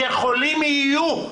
"יכולים יהיו"